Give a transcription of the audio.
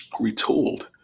retooled